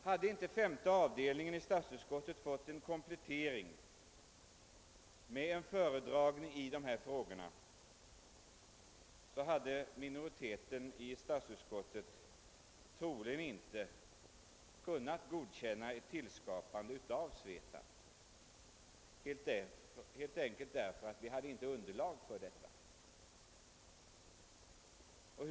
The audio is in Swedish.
Hade inte femte avdelningen av statsutskottet fått en kompletterande föredragning i dessa frågor, hade minoriteten troligen inte kunnat godkänna ett skapande av SVETAB helt enkelt därför att vi inte hade underlag för ett beslut därom.